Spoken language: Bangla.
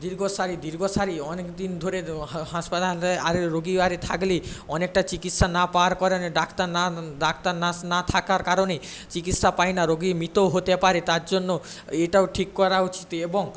দীর্ঘ সারি দীর্ঘ সারি অনেক দিন ধরে হাসপাতালে আরে রোগী আরে থাকলে অনেকটা চিকিৎসা না পাওয়ার করণে ডাক্তার না ডাক্তার নার্স না থাকার কারণে চিকিৎসা পায় না রোগী মৃত হতে পরে তার জন্য এটাও ঠিক করা উচিত এবং